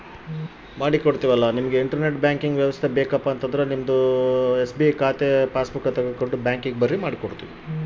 ನನಗೆ internet banking ವ್ಯವಸ್ಥೆ ಮಾಡಿ ಕೊಡ್ತೇರಾ?